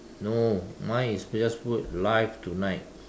no mine is just put live tonight